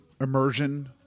immersion